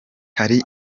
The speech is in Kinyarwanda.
hari